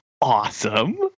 awesome